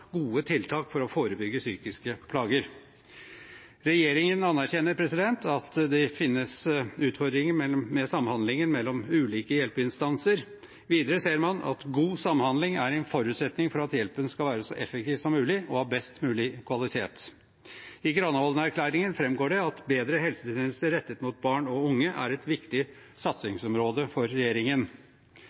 gode tiltak for å forebygge psykiske plager. Regjeringen anerkjenner at det finnes utfordringer med samhandlinger mellom ulike hjelpeinstanser. Videre ser man at god samhandling er en forutsetning for at hjelpen skal være så effektiv som mulig og av best mulig kvalitet. I Granavolden-erklæringen framgår det at bedre helsetjenester rettet mot barn og unge er et viktig satsingsområde for regjeringen.